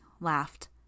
laughed